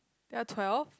ya twelve